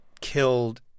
killed